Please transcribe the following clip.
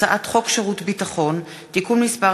הצעת חוק שירות ביטחון (תיקון מס'